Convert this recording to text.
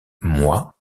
mois